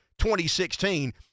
2016